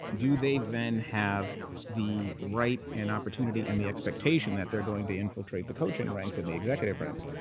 do they then have the right and opportunity and the expectation that they're going to infiltrate the coaching ranks and the executive ranks?